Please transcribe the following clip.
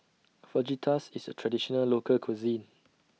Fajitas IS A Traditional Local Cuisine